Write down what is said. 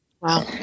Wow